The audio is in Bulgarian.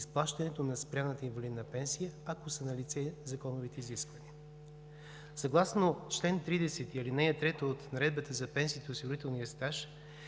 изплащането на спряната инвалидна пенсия, ако са налице законовите изисквания. Съгласно чл. 30, ал. 3 от Наредбата за пенсиите и осигурителния стаж